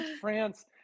France